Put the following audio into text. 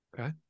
okay